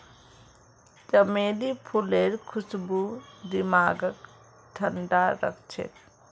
चमेली फूलेर खुशबू दिमागक ठंडा राखछेक